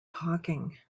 talking